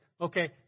Okay